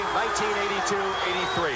1982-83